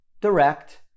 direct